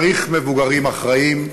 צריך מבוגרים אחראיים,